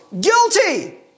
guilty